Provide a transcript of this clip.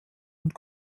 und